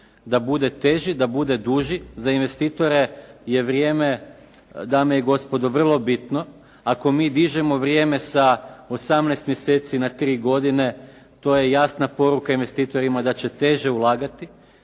da bude teži, da bude duži za investitore je vrijeme, dame i gospodo, vrlo bitno, ako mi dižemo vrijeme sa 18 mjeseci na tri godine, to je jasna poruka investitorima da će teže ulagati,